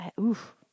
oof